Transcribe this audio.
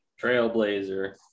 Trailblazer